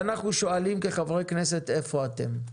ואנחנו שואלים כחברי כנסת איפה אתם,